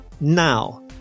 now